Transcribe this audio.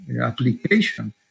application